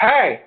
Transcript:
Hey